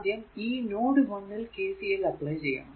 ആദ്യം ഈ നോഡ് 1 ൽ KCL അപ്ലൈ ചെയ്യണം